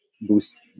boost